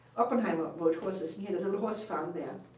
oppenheimer rode horses, he had a little horse farm there.